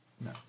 No